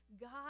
God